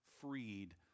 freed